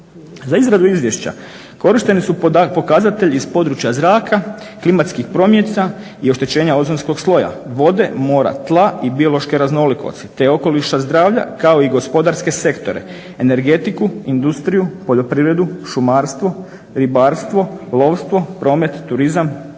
Za izradu izvješća korišteni su pokazatelji iz područja zraka, klimatskih promjena i oštećenja ozonskog sloja vode, mora, tla i biološke raznolikosti te okoliša zdravlja kao i gospodarske sektore – energetiku, industriju, poljoprivredu, šumarstvo, ribarstvo, lovstvo, promet, turizam